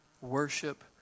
worship